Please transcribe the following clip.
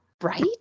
Right